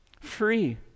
Free